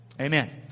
Amen